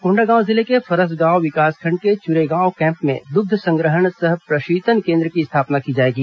कोंडागांव जिले के फरसगांव विकासखंड के चुरेगांव कैंप में दुग्ध संग्रहण सह प्रशीतन केन्द्र की स्थापना की जाएगी